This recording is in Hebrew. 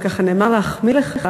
אבל ככה נאמר להחמיא לך,